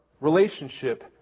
relationship